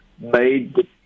made